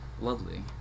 lovely